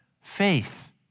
faith